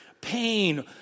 pain